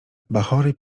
bachory